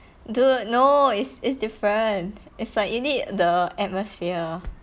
dude no it's it's different it's like you need the atmosphere